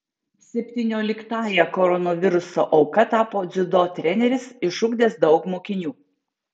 septynioliktąja koronaviruso auka tapo dziudo treneris išugdęs daug mokinių